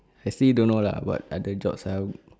actually don't know lah what other jobs I